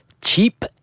cheap